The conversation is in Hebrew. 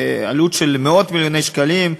בעלות של מאות מיליוני שקלים,